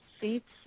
seats